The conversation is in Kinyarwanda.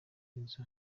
inzu